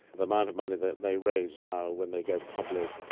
the amount of money that they raise now when they go public,